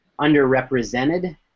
underrepresented